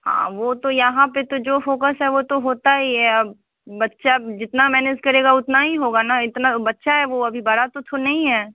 हाँ वह तो यहाँ पर तो जो होगा सब वह तो होता ही है अब बच्चा जितना मैनेज करेगा उतना ही होगा ना इतना बच्चा है वह अभी बड़ा तो थो नहीं है